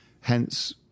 Hence